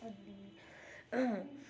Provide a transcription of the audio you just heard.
अनि